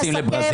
אדוני,